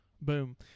Boom